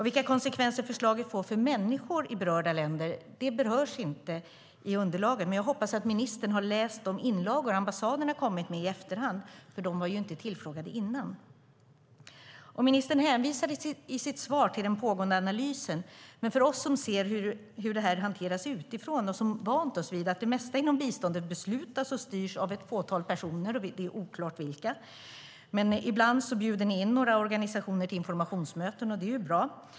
Vilka konsekvenser förslaget får för människorna i dessa länder berörs inte i underlaget. Jag hoppas dock att ministern har läst de inlagor som ambassaderna har kommit med i efterhand - för de var inte tillfrågade innan. Ministern hänvisade i sitt svar till den pågående analysen. Vi som utifrån ser hur detta hanteras har dock vant oss att vid att det mesta inom biståndet beslutas och styrs av ett fåtal personer, oklart vilka. Ibland bjuder ni in några organisationer till informationsmöten, och det är bra.